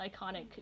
iconic